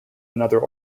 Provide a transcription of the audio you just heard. another